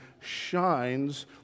shines